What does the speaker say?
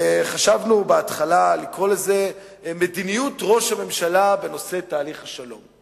חשבנו בהתחלה לקרוא לזה "מדיניות ראש הממשלה בנושא תהליך השלום".